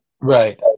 Right